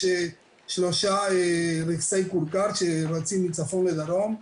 שלושה רכסי כורכר שרצים מצפון לדרום,